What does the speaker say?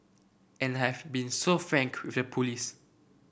and I have been so frank with the police